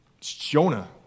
Jonah